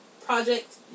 Project